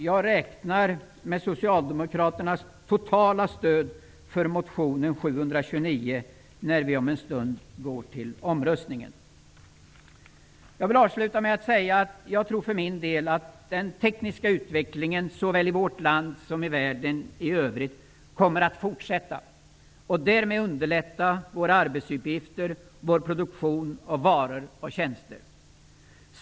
Jag räknar med socialdemokraternas totala stöd för motion A729, när vi om en stund går till omröstning. Jag vill avsluta med att säga att jag för min del tror att den tekniska utvecklingen såväl i vårt land som i världen i övrigt kommer att fortsätta och därmed underlätta våra arbetsuppgifter och vår produktion av varor och tjänster.